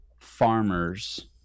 farmers